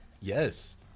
Yes